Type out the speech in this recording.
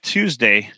Tuesday